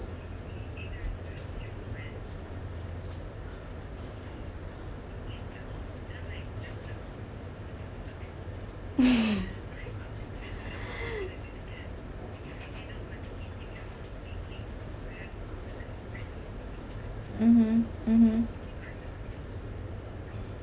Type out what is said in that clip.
mmhmm mmhmm